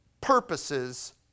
purposes